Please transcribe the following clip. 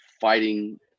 fighting